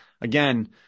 again